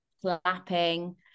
clapping